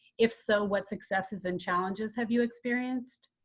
if so, what successes and challenges have you experienced?